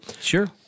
Sure